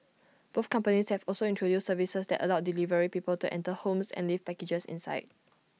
both companies have also introduced services that allow delivery people to enter homes and leave packages inside